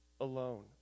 alone